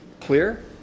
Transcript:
clear